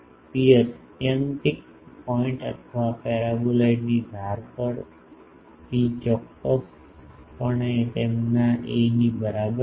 ρ આત્યંતિક પોઇન્ટ અથવા પેરાબોલાઇડની ધાર પર ρ ચોક્કસપણે તેમના a ની બરાબર છે